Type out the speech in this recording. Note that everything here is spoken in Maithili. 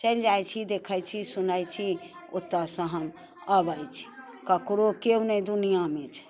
चलि जाइत छी देखैत छी सुनैत छी ओतऽ सँ हम अबैत छी ककरो केओ नहि दुनियामे छै